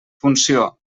funció